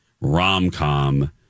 rom-com